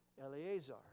Eleazar